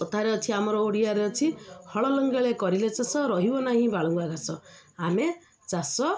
କଥାରେ ଅଛି ଆମର ଓଡ଼ିଆରେ ଅଛି ହଳ ଲଙ୍ଗଳେ କରିଲେ ଚାଷ ରହିବ ନାହିଁ ବାଳୁଙ୍ଗା ଘାସ ଆମେ ଚାଷ